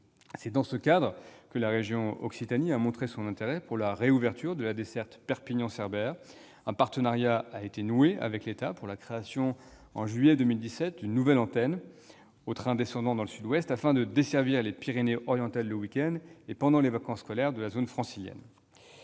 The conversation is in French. C'est dans ce cadre que la région Occitanie a montré son intérêt pour la réouverture de la desserte Perpignan-Cerbère. Un partenariat a été noué avec l'État pour la création, en juillet 2017, d'une nouvelle « antenne » au train descendant dans le sud-ouest afin de desservir les Pyrénées-Orientales le week-end et pendant les vacances scolaires de la zone francilienne.